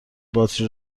باتری